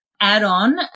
add-on